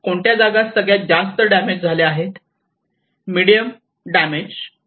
कोणत्या जागा सगळ्यात जास्त डॅमेज झाल्या आहेत